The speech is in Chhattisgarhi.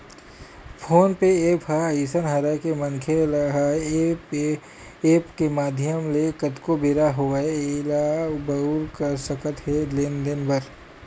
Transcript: फोन पे ऐप ह अइसन हरय के मनखे ह ऐ ऐप के माधियम ले कतको बेरा होवय ऐला बउर सकत हे लेन देन बर